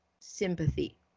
sympathy